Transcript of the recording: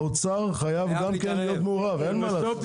האוצר חייב גם כן להיות מעורב, אין מה לעשות.